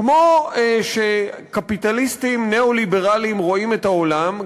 כמו שקפיטליסטים ניאו-ליברלים רואים את העולם,